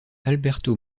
alberto